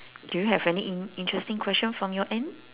do you have any in~ interesting question from your end